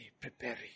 prepare